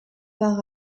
par